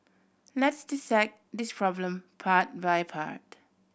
let's dissect this problem part by part